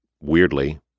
weirdly